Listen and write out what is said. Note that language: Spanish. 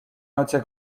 noche